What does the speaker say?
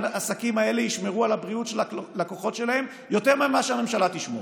העסקים האלה ישמרו על הבריאות של הלקוחות שלהם יותר ממה שהממשלה תשמור.